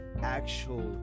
actual